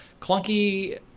clunky